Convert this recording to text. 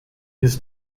his